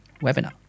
webinar